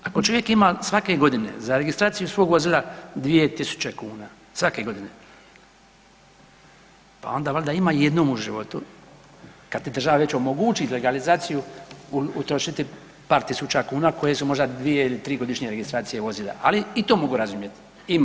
Ako čovjek ima svake godine za registraciju svog vozila 2.000 kuna svake godine, pa onda valjda ima i jednom u životu kad ti država već omogući legalizaciju utrošiti par tisuća kuna koje su možda dvije ili tri godišnje registracije vozila, ali i to mogu razumjeti.